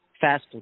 fast